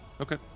Okay